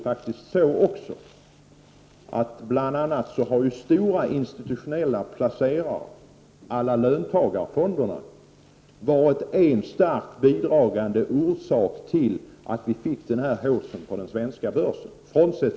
Förutom det han nämnde har bl.a. stora institutionella placerare, å la löntagarfonderna, varit en starkt bidragande orsak till att vi fick haussen på den svenska börsen.